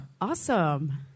Awesome